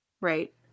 Right